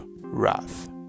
wrath